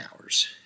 hours